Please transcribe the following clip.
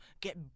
get